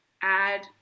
add